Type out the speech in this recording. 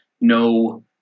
no